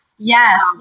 Yes